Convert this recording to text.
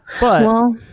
but-